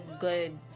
good